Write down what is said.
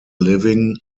living